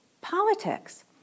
politics